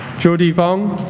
jodie vong